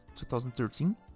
2013